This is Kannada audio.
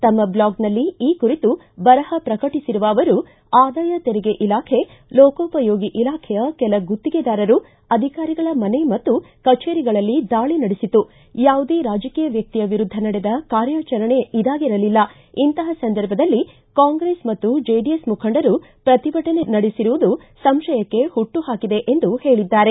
ತಮ್ನ ಬ್ಲಾಗ್ನಲ್ಲಿ ಈ ಕುರಿತು ಬರಪ ಪ್ರಕಟಿಸಿರುವ ಅವರು ಆದಾಯ ತೆರಿಗೆ ಇಲಾಖೆ ಲೋಕೋಪಯೋಗಿ ಇಲಾಖೆಯ ಕೆಲ ಗುತ್ತಿಗೆದಾರರು ಅಧಿಕಾರಿಗಳ ಮನೆ ಮತ್ತು ಕಚೇರಿಗಳಲ್ಲಿ ದಾಳಿ ನಡೆಸಿತು ಯಾವುದೇ ರಾಜಕೀಯ ವ್ಯಕ್ತಿಯ ವಿರುದ್ದ ನಡೆದ ಕಾರ್ಯಾಚರಣೆ ಇದಾಗಿರಲಿಲ್ಲ ಇಂತಹ ಸಂದರ್ಭದಲ್ಲಿ ಕಾಂಗ್ರೆಸ್ ಮತ್ತು ಜೆಡಿಎಸ್ ಮುಖಂಡರು ಪ್ರತಿಭಟನೆ ನಡೆಸಿರುವುದು ಸಂಶಯಕ್ಕೆ ಪುಟ್ಟುಹಾಕಿದೆ ಎಂದು ಹೇಳಿದ್ದಾರೆ